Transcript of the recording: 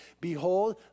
behold